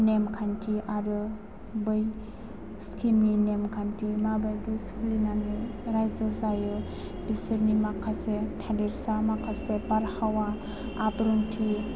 नेमखान्थि आरो बै सिक्किमनि नेमखान्थि मा बायदि सोलिनानै रायजो जायो बिसोरनि माखासे थादेरसा माखासे बारहावा आब्रुंथि